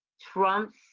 Trump's